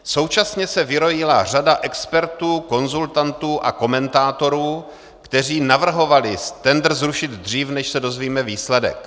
Současně se vyrojila řada expertů, konzultantů a komentátorů, kteří navrhovali tendr zrušit dřív, než se dozvíme výsledek.